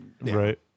Right